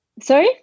Sorry